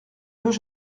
deux